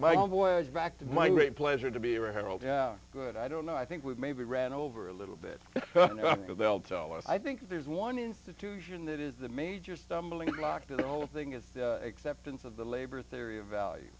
to my great pleasure to be a harold yeah good i don't know i think we've maybe ran over a little bit of a belt so i think there's one institution that is the major stumbling block to the whole thing is acceptance of the labor theory of value